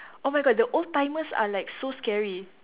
oh my god the old timers are like so scary